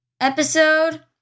episode